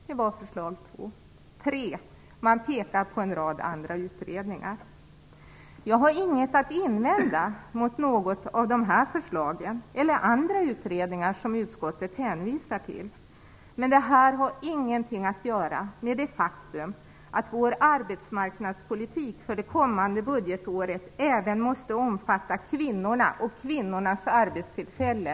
För det tredje pekar man på en rad andra utredningar. Jag har inget att invända mot något av de här förslagen eller mot andra utredningar som utskottet hänvisar till. Men det här har ingenting att göra med det faktum att vår arbetsmarknadspolitik för det kommande budgetåret även måste omfatta kvinnorna och kvinnornas arbetstillfällen.